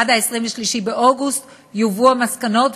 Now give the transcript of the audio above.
עד 23 באוגוסט יובאו המסקנות,